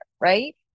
right